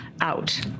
out